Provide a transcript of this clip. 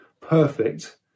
perfect